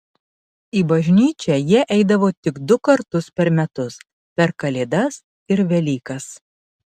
į bažnyčią jie eidavo tik du kartus per metus per kalėdas ir velykas